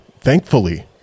thankfully